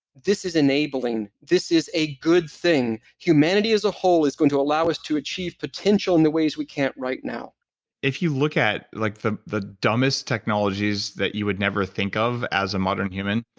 this is enabling, this is a good thing. humanity as a whole is going to allow us to achieve potential in ways we can't right now if you look at like the the dumbest technologies that you would never think of as a modern human,